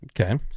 Okay